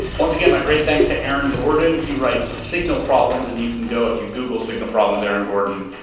once again, my great thanks to aaron gordon. he writes signal problems, and you can go, if you google signal problems aaron gordon,